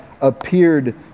appeared